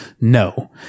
No